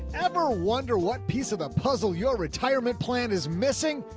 ever wonder what piece of the puzzle your retirement plan is missing?